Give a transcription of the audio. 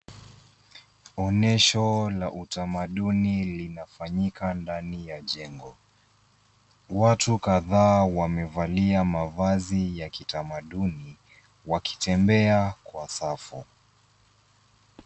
Onyesho la uthamaduni linafanyika ndani ya jengo, watu kataa wamevalia mavazi ya kithamaduni wakitembea kwa safu.